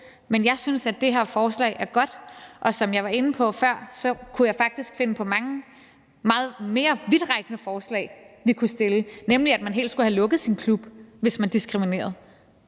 Men jeg synes, at det her forslag er godt. Og som jeg var inde på før, kunne jeg faktisk finde på mange meget mere vidtrækkende forslag, vi kunne stille, nemlig at man ville få sin klub helt lukket, hvis man diskriminerede.